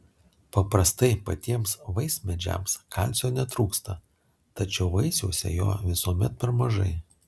paprastai patiems vaismedžiams kalcio netrūksta tačiau vaisiuose jo visuomet per mažai